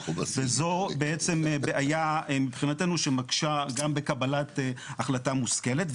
וזו בעצם בעיה מבחינתנו שמקשה גם בקבלת החלטה מושכלת.